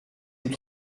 nous